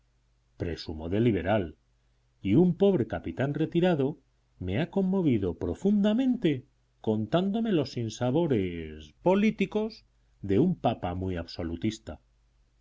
presumo de liberal y un pobre capitán retirado me ha conmovido profundamente contándome los sinsabores políticos de un papa muy absolutista